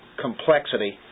complexity